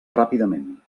ràpidament